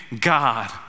God